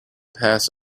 pass